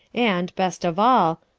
and, best of all,